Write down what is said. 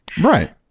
Right